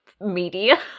media